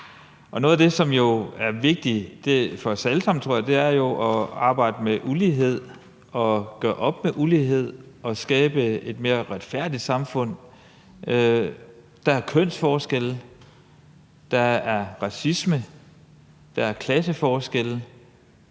noget af det, som er vigtigt for os alle sammen, tror jeg, er jo at arbejde med ulighed og gøre op med ulighed og skabe et mere retfærdigt samfund – der er kønsforskelle, der er racisme, der er klasseforskelle.